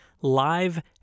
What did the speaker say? live